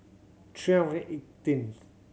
three eighteenth